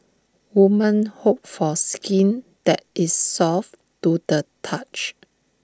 women hope for skin that is soft to the touch